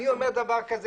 כלומר,